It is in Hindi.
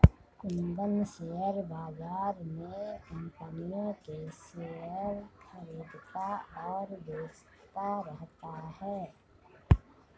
कुंदन शेयर बाज़ार में कम्पनियों के शेयर खरीदता और बेचता रहता है